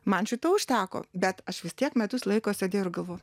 man šito užteko bet aš vis tiek metus laiko sėdėjau ir galvojau